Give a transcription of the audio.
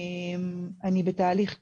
אני בתהליך שיקום.